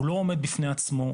הוא לא עומד בפני עצמו,